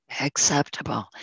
acceptable